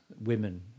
women